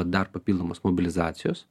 dar papildomos mobilizacijos